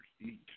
eat